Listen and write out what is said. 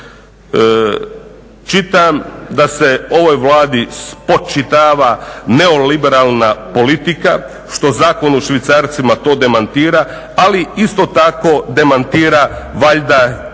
Čitam da se ovoj Vladi spočitava neoliberalna politika što Zakon o švicarcima to demantira ali isto tako demantira valjda i ovaj